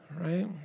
right